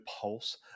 pulse